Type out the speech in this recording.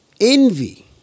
envy